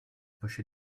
push